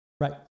Right